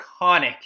iconic